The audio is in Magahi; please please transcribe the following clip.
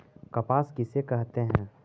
कपास किसे कहते हैं?